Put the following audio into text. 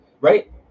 right